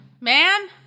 Man